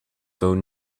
phone